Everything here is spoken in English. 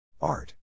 Art